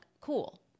cool